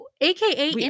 AKA